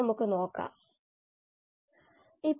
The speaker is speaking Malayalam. ഗ്ലൈക്കോലിസിസ് തന്നെ ഗ്ലൂക്കോസ് മുതൽ പൈറുവേറ്റ് വരെയാകണം